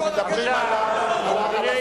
כי מדברים על הסיעה שלך.